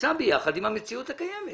נמצא ביחד עם המציאות הקיימת.